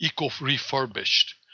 eco-refurbished